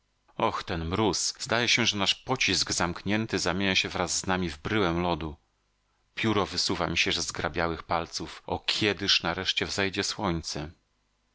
oh ten mróz zdaje się że nasz pocisk zamknięty zamienia się wraz z nami w bryłę lodu pióro wysuwa mi się ze zgrabiałych palców o kiedyż nareszcie wzejdzie słońce